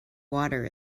water